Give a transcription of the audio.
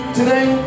today